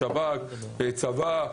שב"כ וצבא.